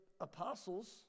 Apostles